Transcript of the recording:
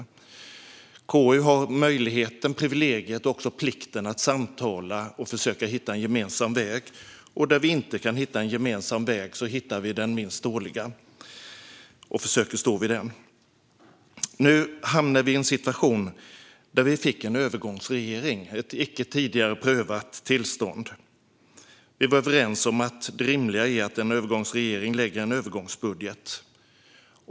KU har möjligheten, privilegiet och även plikten att samtala och försöka hitta en gemensam väg. Där vi inte kan hitta en gemensam väg hittar vi den minst dåliga och försöker hålla oss till den. Nu hamnade vi i en situation där vi fick en övergångsregering, ett icke tidigare prövat tillstånd. Vi var överens om att det rimliga är att en övergångsregering lägger fram en övergångsbudet.